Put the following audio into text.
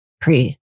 pre